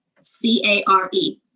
C-A-R-E